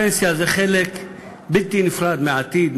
הפנסיה היא חלק בלתי נפרד מהעתיד,